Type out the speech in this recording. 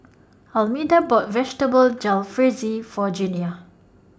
Almeda bought Vegetable Jalfrezi For Junia